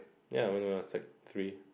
ya when I was like three